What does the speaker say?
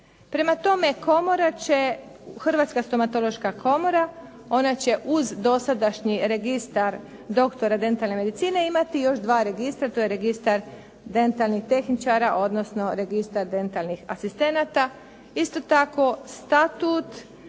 komora će, Hrvatska stomatološka komora ona će uz dosadašnji registar doktora dentalne medicine imati još dva registra. To je registar dentalnih tehničara, odnosno retgistar dentalnih asistenata. Isto tako, statut